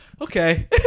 Okay